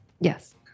Yes